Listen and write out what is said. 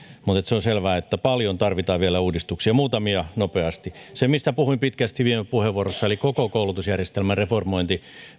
mutta se on selvä että paljon tarvitaan vielä uudistuksia muutamia nopeasti se mistä puhuin pitkästi viime puheenvuorossa eli koko koulutusjärjestelmän reformointi